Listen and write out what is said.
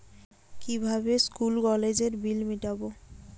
কিভাবে স্কুল কলেজের বিল মিটাব?